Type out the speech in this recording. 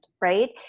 right